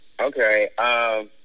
okay